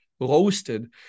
roasted